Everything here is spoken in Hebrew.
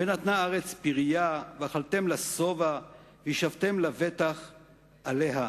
ונתנה הארץ פריה ואכלתם לשבע וישבתם לבטח עליה",